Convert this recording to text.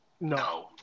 No